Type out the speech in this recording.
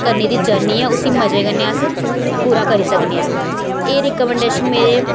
करने दी जर्नी ऐ उसी मजै कन्नै अस पूरा करी सकने आं एह् रिकमैंडेशन